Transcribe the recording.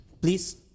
Please